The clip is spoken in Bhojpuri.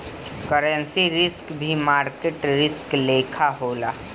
करेंसी रिस्क भी मार्केट रिस्क लेखा होला